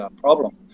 problem